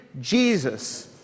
Jesus